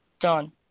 Done